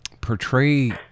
portray